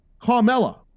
Carmella